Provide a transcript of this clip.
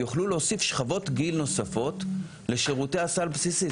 יוכלו להוסיף שכבות גיל נוספות לשירותי הסל הבסיסי.